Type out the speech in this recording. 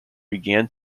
began